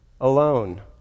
alone